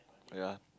ya